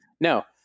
No